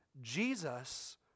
Jesus